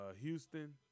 Houston